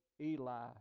Eli